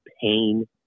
pain